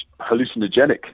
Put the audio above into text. hallucinogenic